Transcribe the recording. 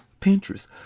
Pinterest